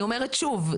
אני אומרת שוב.